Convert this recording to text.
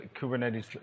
Kubernetes